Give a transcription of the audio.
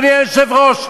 אדוני היושב-ראש,